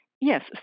Yes